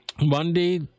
Monday